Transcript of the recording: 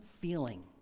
feeling